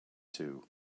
two